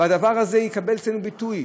והדבר הזה יקבל אצלנו ביטוי,